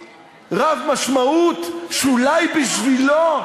רב-משמעות, שאולי בשבילו,